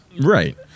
Right